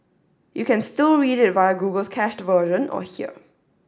you can still read it via Google's cached version or here